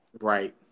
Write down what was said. Right